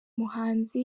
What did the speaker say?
muhanzi